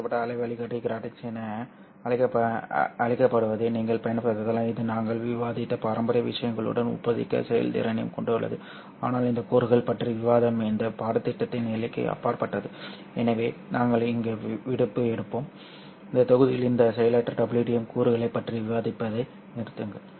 வரிசைப்படுத்தப்பட்ட அலை வழிகாட்டி கிராட்டிங்ஸ் என அழைக்கப்படுவதையும் நீங்கள் பயன்படுத்தலாம் இது நாங்கள் விவாதித்த பாரம்பரிய விஷயங்களுடன் ஒப்பிடத்தக்க செயல்திறனையும் கொண்டுள்ளது ஆனால் இந்த கூறுகள் பற்றிய விவாதம் இந்த பாடத்திட்டத்தின் எல்லைக்கு அப்பாற்பட்டது எனவே நாங்கள் இங்கே விடுப்பு எடுப்போம் இந்த தொகுதியில் இந்த செயலற்ற WDM கூறுகளைப் பற்றி விவாதிப்பதை நிறுத்துங்கள்